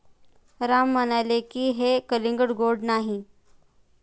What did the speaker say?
राम म्हणाले की, हे कलिंगड गोड नाही